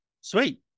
Sweet